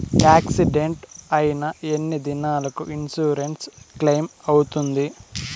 Accident అయిన ఎన్ని దినాలకు ఇన్సూరెన్సు క్లెయిమ్ అవుతుంది?